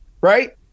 Right